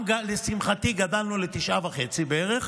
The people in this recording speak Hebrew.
גם, לשמחתי, גדלנו לתשעה וחצי מיליון בערך,